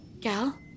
Gal